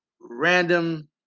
random